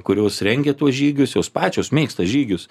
kurios rengia tuos žygius jos pačios mėgsta žygius